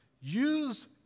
use